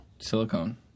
silicone